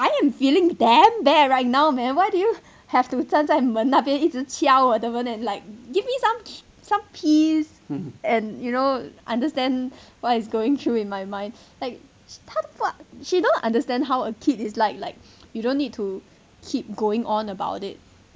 I am feeling damn bad right now and why do you have to 站在门那边一直敲我的门 and like give me some some peace and you know understand why is going through in my mind like 她不 she don't understand how a kid is like like you don't need to keep going on about it